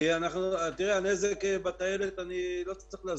את הנזק בטיילת אני לא צריך להסביר.